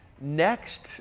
next